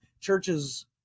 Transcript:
churches